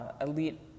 elite